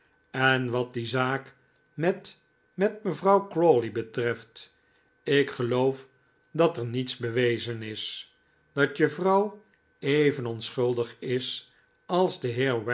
en wat die zaak met met mevrouw crawley betreft ik geloof dat er niets bewezen is dat je vrouw even onschuldig is als de